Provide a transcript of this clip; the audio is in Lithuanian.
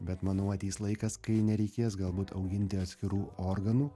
bet manau ateis laikas kai nereikės galbūt auginti atskirų organų